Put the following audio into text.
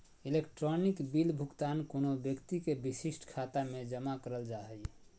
electronic bill भुगतान कोनो व्यक्ति के विशिष्ट खाता में जमा करल जा हइ